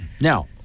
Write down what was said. Now-